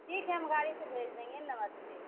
ठीक है हम गाड़ी से भेज देंगे नमस्ते